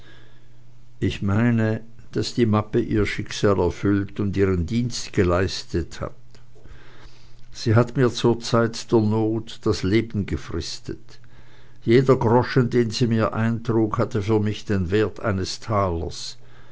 ich meine daß die mappe ihr schicksal erfüllt und ihren dienst geleistet hat sie hat mir zur zeit der not das leben gefristet jeder groschen den sie mir eintrug hatte für mich den wert eines talers